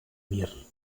mir